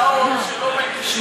יש הצעות שלא מגישים.